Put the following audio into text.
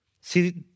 See